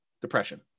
depression